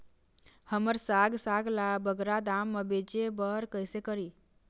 हमर साग साग ला बगरा दाम मा बेचे बर कइसे करी?